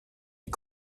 les